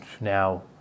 now